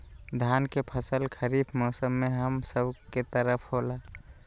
धान के फसल खरीफ मौसम में हम सब के तरफ होला